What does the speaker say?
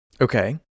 Okay